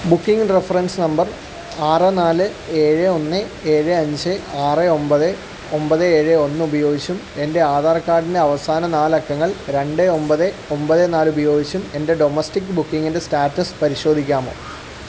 booking reference number ആറ് നാല് ഏഴ് ഒന്ന് ഏഴ് അഞ്ച് ആറ് ഒമ്പത് ഒമ്പത് ഏഴ് ഒന്നുപയോഗിച്ചും എൻ്റെ ആധാർ കാർഡിൻ്റെ അവസാന നാലക്കങ്ങൾ രണ്ട് ഒമ്പത് ഒമ്പത് നാല് ഉപയോഗിച്ചും എൻ്റെ ഡൊമസ്റ്റിക് ബുക്കിങ്ങിൻ്റെ സ്റ്റാറ്റസ് പരിശോധിക്കാമോ